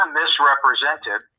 misrepresented